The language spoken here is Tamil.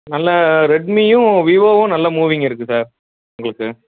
நல்ல ரெட்மியும் விவோவும் நல்ல மூவிங் இருக்கு சார் உங்ளுக்கு